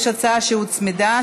יש הצעה שהוצמדה,